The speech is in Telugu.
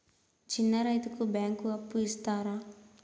చిన్న రైతుకు బ్యాంకు అప్పు ఇస్తారా?